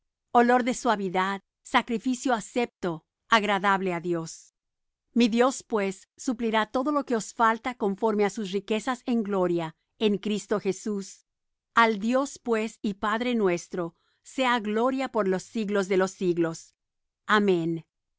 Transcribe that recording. olor de suavidad sacrificio acepto agradable á dios mi dios pues suplirá todo lo que os falta conforme á sus riquezas en gloria en cristo jesús al dios pues y padre nuestro sea gloria por los siglos de los siglos amén